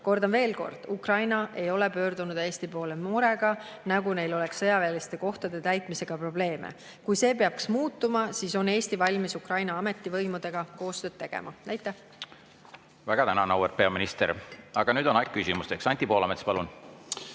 Kordan veel: Ukraina ei ole pöördunud Eesti poole murega, nagu neil oleks sõjaväeliste kohtade täitmisega probleeme. Kui see peaks muutuma, siis on Eesti valmis Ukraina ametivõimudega koostööd tegema. Aitäh! Väga tänan, auväärt peaminister! Aga nüüd on aeg küsimusteks. Anti Poolamets, palun!